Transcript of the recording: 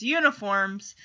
uniforms